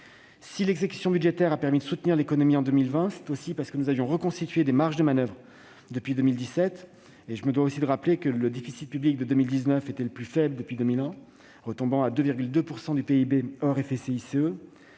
Si l'exécution budgétaire a permis de soutenir l'économie en 2020, c'est aussi parce que nous avions reconstitué des marges de manoeuvre budgétaires depuis 2017. Je me dois de rappeler que le déficit public de 2019 a été le plus faible depuis 2001, retombant à 2,2 % du PIB, hors CICE.